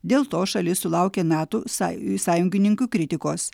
dėl to šalis sulaukė nato są sąjungininkių kritikos